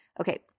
Okay